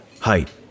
Height